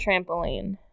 trampoline